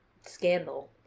scandal